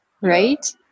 Right